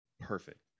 perfect